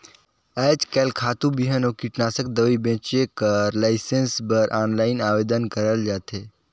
आएज काएल खातू, बीहन अउ कीटनासक दवई बेंचे कर लाइसेंस बर आनलाईन आवेदन करल जाथे